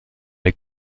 les